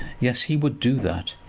yes he would do that,